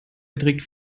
beträgt